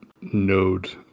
node